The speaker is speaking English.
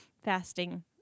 fasting